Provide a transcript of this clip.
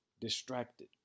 distracted